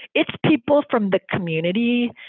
it's people from the community.